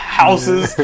houses